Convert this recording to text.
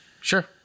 sure